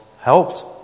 helped